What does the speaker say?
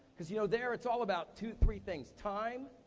cause you know there, it's all about two, three things. time,